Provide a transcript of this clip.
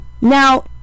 Now